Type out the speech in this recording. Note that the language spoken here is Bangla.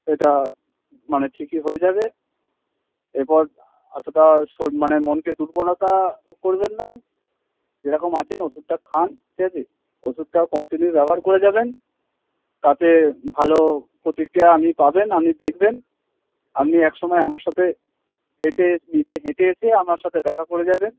এটা মানে ঠিকই হয়ে যাবে এরপর অতটা মানে মনকে দুর্বলতা করবেন না যেরকম আছেন ওষুধটা খান ঠিক আছে ওষুধটাও কন্টিনিউ ব্যবহার করে যাবেন তাতে ভালো প্রতিক্রিয়া আপনি পাবেন আপনি দেখবেন আপনি একসময় আমার সাথে হেঁটে নিজে হেঁটে এসে আমার সাথে দেখা করে যাবেন